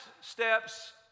steps